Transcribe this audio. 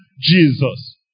Jesus